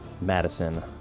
Madison